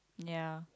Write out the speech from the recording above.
ya